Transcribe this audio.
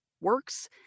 works